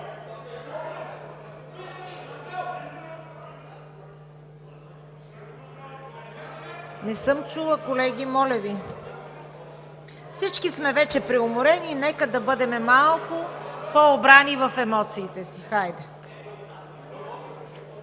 Не съм чула, колеги, моля Ви. Всички сме вече преуморени, нека да бъдем малко по-обрани в емоциите си, хайде!